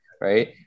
right